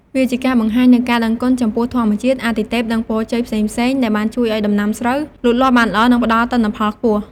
វាជាការបង្ហាញនូវការដឹងគុណចំពោះធម្មជាតិ អាទិទេព និងពរជ័យផ្សេងៗ ដែលបានជួយឱ្យដំណាំស្រូវលូតលាស់បានល្អ និងផ្ដល់ទិន្នផលខ្ពស់។